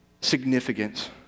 significance